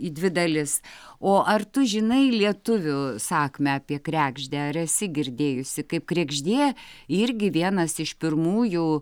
į dvi dalis o ar tu žinai lietuvių sakmę apie kregždę ar esi girdėjusi kaip kregždė irgi vienas iš pirmųjų